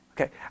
Okay